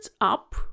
up